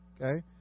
Okay